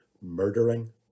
murdering